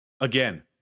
Again